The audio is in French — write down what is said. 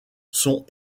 sont